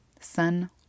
Sun